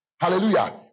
Hallelujah